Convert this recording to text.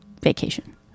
vacation